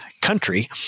country